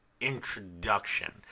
introduction